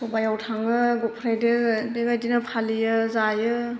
सभायाव थांङो गुद फ्रायडे बेबायदिनो फालियो जायो